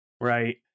Right